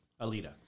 Alita